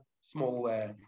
Small